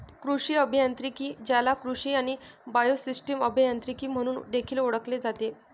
कृषी अभियांत्रिकी, ज्याला कृषी आणि बायोसिस्टम अभियांत्रिकी म्हणून देखील ओळखले जाते